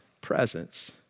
presence